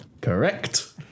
Correct